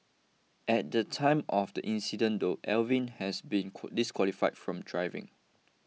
at the time of the incident though Alvin has been disqualified from driving